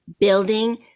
building